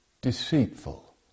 deceitful